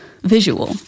visual